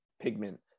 pigment